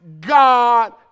God